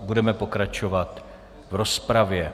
Budeme pokračovat v rozpravě.